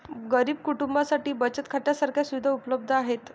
गरीब कुटुंबांसाठी बचत खात्या सारख्या सुविधा उपलब्ध आहेत